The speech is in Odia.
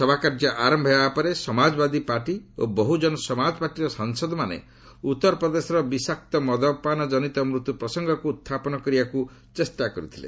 ସଭାକାର୍ଯ୍ୟ ଆରମ୍ଭ ହେବାପରେ ସମାଜବାଦୀ ପାର୍ଟି ଓ ବହ୍ରଜନ ସମାଜ ପାର୍ଟିର ସାଂସଦମାନେ ଉତ୍ତର ପ୍ରଦେଶର ବିଷାକ୍ତ ମଦପାନ ଜନିତ ମୃତ୍ୟ ପ୍ରସଙ୍ଗକୁ ଉତ୍ଥାପନ କରିବାକୁ ଚେଷ୍ଟା କରିଥିଲେ